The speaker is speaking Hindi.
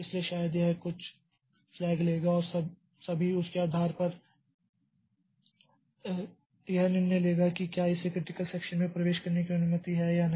इसलिए शायद यह कुछ फ्लैग लेगा और सभी उसके आधार पर यह निर्णय लेगा कि क्या इसे क्रिटिकल सेक्षन में प्रवेश करने की अनुमति है या नहीं